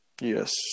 yes